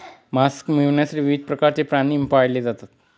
मांस मिळविण्यासाठी विविध प्रकारचे प्राणी पाळले जातात